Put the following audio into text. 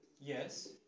yes